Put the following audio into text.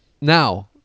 now